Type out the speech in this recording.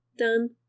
done